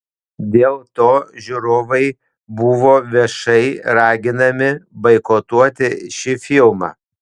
dėl to žiūrovai buvo viešai raginami boikotuoti šį filmą